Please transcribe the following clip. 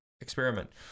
Experiment